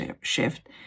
shift